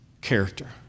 Character